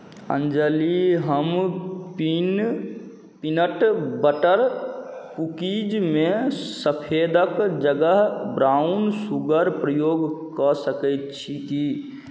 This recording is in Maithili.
अञ्जली हम पीनट बटर कुकीज मे सफेदक जगह ब्राउन शुगर क प्रयोग कऽ सकैत छी की